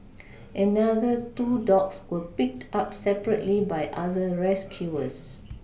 another two dogs were picked up separately by other rescuers